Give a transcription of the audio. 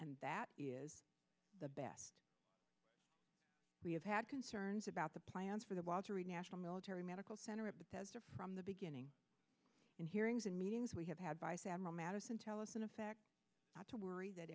and that is the best we have had concerns about the plans for the walter reed national military medical center of the desert from the beginning in hearings and meetings we have had vice admiral madison tell us in effect not to worry that